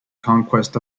conquest